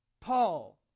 Paul